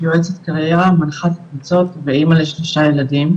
יועצת קריירה, מנחת קבוצות ואמא לשישה ילדים,